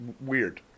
Weird